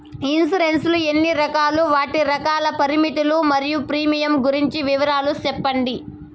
Insurance లు ఎన్ని రకాలు? వాటి కాల పరిమితులు మరియు ప్రీమియం గురించి వివరాలు సెప్పండి?